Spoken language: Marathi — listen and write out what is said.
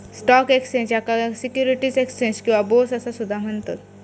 स्टॉक एक्स्चेंज, याका सिक्युरिटीज एक्स्चेंज किंवा बोर्स असा सुद्धा म्हणतत